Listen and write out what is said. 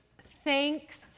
thanks